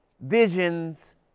visions